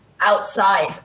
outside